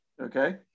okay